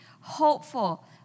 hopeful